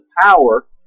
power